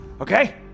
Okay